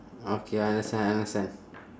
okay I understand understand